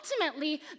ultimately